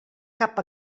cap